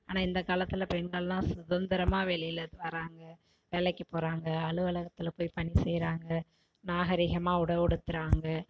ஆனால் இந்த காலத்தில் பெண்கள்லாம் சுகந்திரமாக வெளியில வராங்கள் வேலைக்கு போகிறாங்க அலுவலகத்தில் போய் பணி செய்கிறாங்க நாகரிகமாக உடை உடுத்துகிறாங்க